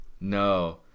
No